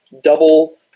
double